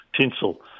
tinsel